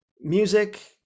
music